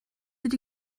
ydy